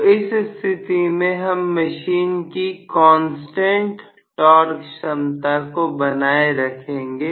तो इस स्थिति में हम मशीन की कौन से तर्क क्षमता को बनाए रखेंगे